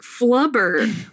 Flubber